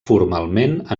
formalment